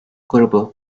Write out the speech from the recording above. grubu